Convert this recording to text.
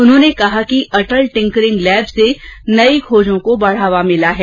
उन्होंने कहा कि अटल टिंकरिंग लैब से नई खोजों को बढ़ावा मिला है